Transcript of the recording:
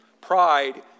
Pride